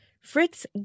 Fritz